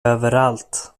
överallt